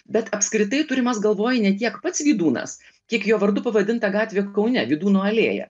bet apskritai turimas galvoj ne tiek pats vydūnas kiek jo vardu pavadinta gatvė kaune vydūno alėja